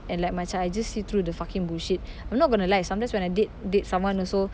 and like macam I just see through the fucking bullshit I'm not going to lie sometimes when I date date someone also